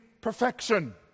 perfection